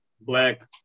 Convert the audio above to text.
black